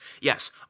Yes